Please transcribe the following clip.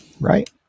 Right